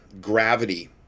gravity